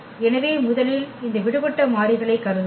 எனவே முதலில் இந்த விடுபட்ட மாறிகளை கருதுவோம்